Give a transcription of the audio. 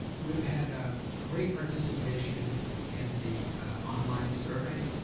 we've had great participation in the online survey,